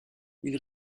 ils